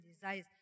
desires